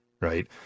right